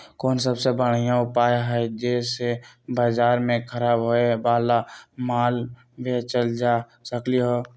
कोन सबसे बढ़िया उपाय हई जे से बाजार में खराब होये वाला माल बेचल जा सकली ह?